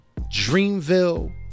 Dreamville